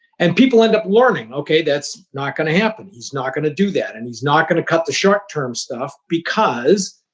and people end up learning, okay, that's not going to happen. he's not going to do that and he's not going to cut the short-term stuff because,